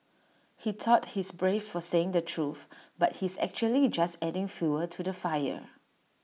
he thought he's brave for saying the truth but he's actually just adding fuel to the fire